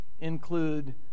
include